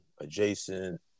adjacent